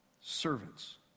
Servants